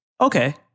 okay